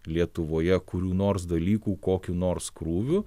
lietuvoje kurių nors dalykų kokių nors krūvių